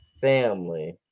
family